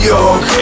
York